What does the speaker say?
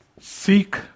seek